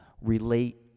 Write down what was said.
relate